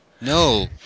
No